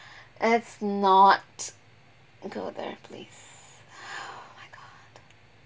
let's not go there please oh my god